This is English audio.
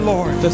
Lord